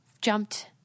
Jumped